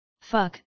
Fuck